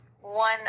one